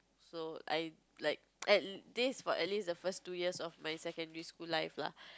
so I like at least for at least the first two years of my secondary school life lah